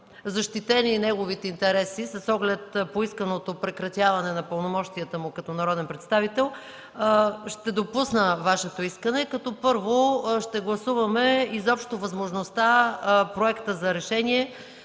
защитени и неговите интереси с оглед поисканото прекратяване на пълномощията му като народен представител, ще допусна Вашето искане, като, първо, ще гласуваме изобщо възможността Проектът за решение